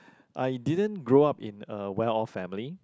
I didn't grow up in a well off family